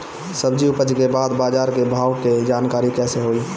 सब्जी उपज के बाद बाजार के भाव के जानकारी कैसे होई?